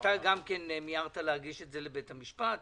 אתה גם מיהרת להגיש את זה לבית המשפט,